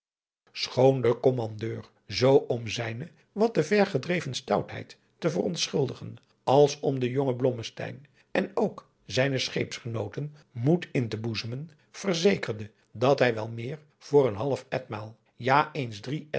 de kommandeur zoo om zijne wat te ver gedreven stoutheid te verontschuldigen als om den jongen blommesteyn en ook zijnen scheepsgenooten moed in te boezemen verzekerde dat hij wel meer voor een half etmaal ja eens drie